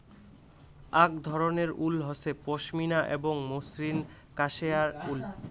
আক ধরণের উল হসে পশমিনা এবং মসৃণ কাশ্মেয়ার উল